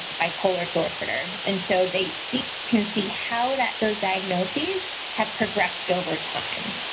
bipolar disorder and so they can see how that those diagnosis had progressed over time.